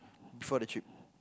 before the trip